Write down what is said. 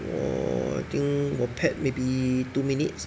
orh I think 我 pet maybe two minutes